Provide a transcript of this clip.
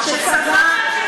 שצבא,